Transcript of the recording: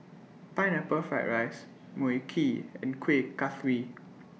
Pineapple Fried Rice Mui Kee and Kuih Kaswi